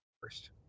first